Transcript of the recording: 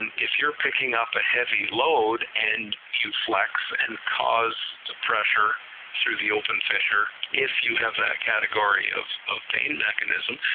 and if you're picking up a heavy load, and you flex and cause the pressure through the open fissure, if you have that category of of pain mechanism,